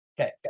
Okay